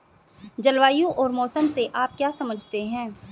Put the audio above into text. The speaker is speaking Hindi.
जलवायु और मौसम से आप क्या समझते हैं?